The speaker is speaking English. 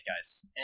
guys